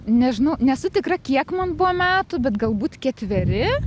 nežinau nesu tikra kiek man buvo metų bet galbūt ketveri